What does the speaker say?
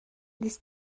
this